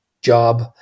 job